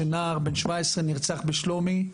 שנער בן 17 נרצח בשלומי,